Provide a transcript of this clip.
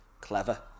clever